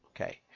okay